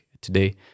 today